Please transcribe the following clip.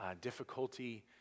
difficulty